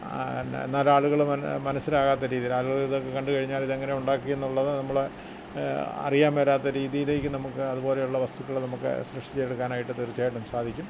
നാലാളുകൾ മ മനസ്സിലാകാത്ത രീതിയിൽ ആളുകൾ ഇതൊക്കെ കണ്ടുകഴിഞ്ഞാൽ ഇതെങ്ങനെ ഉണ്ടാക്കി എന്നുള്ളത് നമ്മൾ അറിയാൻ മേലാത്ത രീതിയിലേക്ക് നമുക്ക് അതുപോലെയുള്ള വസ്തുക്കൾ നമുക്ക് സൃഷ്ടിച്ടുച്ചെക്കാനായിട്ട് തീർച്ചയായിട്ടും സാധിക്കും